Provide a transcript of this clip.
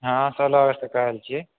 हँ सोलह अगस्त तक कहल छी